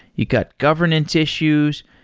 you got governance issues.